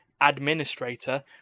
administrator